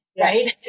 right